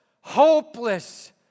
hopeless